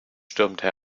stürmte